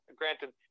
granted